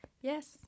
Yes